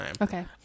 Okay